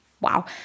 Wow